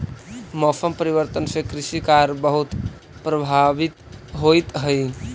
मौसम परिवर्तन से कृषि कार्य बहुत प्रभावित होइत हई